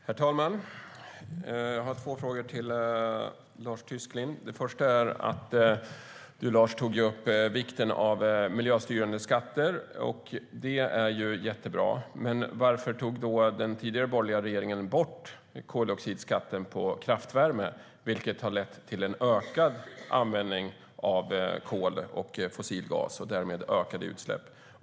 Herr talman! Jag har två frågor till Lars Tysklind. Den första gäller att du tog upp vikten av miljöstyrande skatter. Det är jättebra. Men varför tog då den tidigare borgerliga regeringen bort koldioxidskatten på kraftvärme, vilket har lett till en ökad användning av kol och fossil gas och därmed ökade utsläpp?